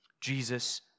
Jesus